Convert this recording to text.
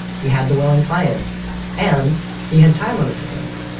he had the willing clients and he had time on his hands.